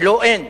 ולו אין.